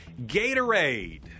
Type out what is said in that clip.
Gatorade